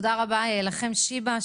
תודה רבה לכם בבית חולים שיבא,